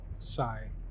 Sigh